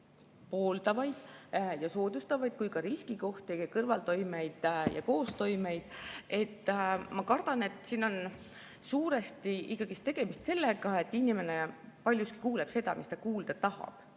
pooldab ja soodustab, kui ka riskikohtadest, kõrvaltoimetest ja koostoimetest, siis ma kardan, et siin on suuresti ikkagi tegemist sellega, et inimene paljuski kuuleb seda, mida ta kuulda tahab.